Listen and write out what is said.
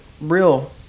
real